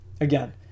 Again